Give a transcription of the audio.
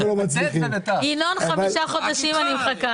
אני מחכה